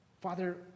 Father